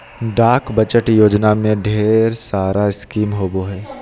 डाक बचत योजना में ढेर सारा स्कीम होबो हइ